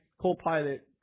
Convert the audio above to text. co-pilot